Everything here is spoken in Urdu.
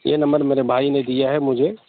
یہ نمبر میرے بھائی نے دیا ہے مجھے